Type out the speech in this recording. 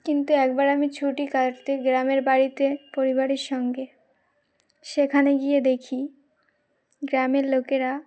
কিন্তু একবার আমি ছুটি কাটাতে গ্রামের বাড়িতে পরিবারের সঙ্গে সেখানে গিয়ে দেখি গ্রামের লোকেরা